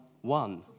one